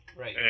Right